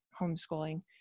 homeschooling